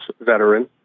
veteran